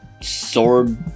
sword